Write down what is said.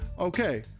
Okay